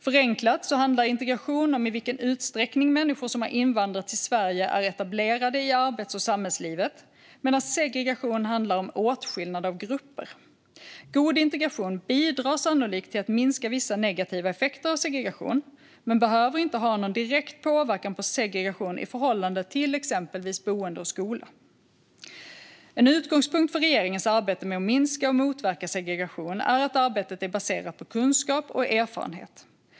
Förenklat handlar integration om i vilken utsträckning människor som har invandrat till Sverige är etablerade i arbets och samhällslivet, medan segregation handlar om åtskillnad av grupper. God integration bidrar sannolikt till att minska vissa negativa effekter av segregation men behöver inte ha någon direkt påverkan på segregation i förhållande till exempelvis boende och skola. En utgångspunkt för regeringens arbete med att minska och motverka segregation är att arbetet är baserat på kunskap och erfarenhet.